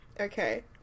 Okay